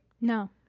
No